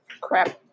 Crap